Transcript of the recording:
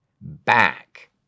back